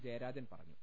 ജയരാജൻ പറഞ്ഞു